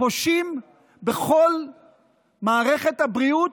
פושים בכל מערכת הבריאות,